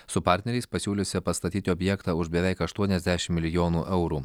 su partneriais pasiūliusia pastatyti objektą už beveik aštuoniasdešim milijonų eurų